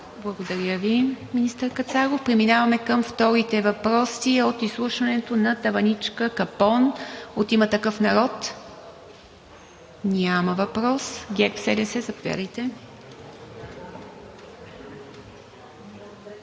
Благодаря Ви, министър Кацаров. Преминаваме към вторите въпроси от изслушването на Таваличка – Капон. От „Има такъв народ“? Няма въпрос. От ГЕРБ-СДС – заповядайте. ДЕСИСЛАВА